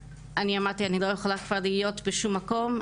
אמרתי שאני לא יכולה להיות כבר בשום מקום,